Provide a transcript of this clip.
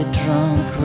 drunk